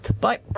Bye